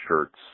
shirts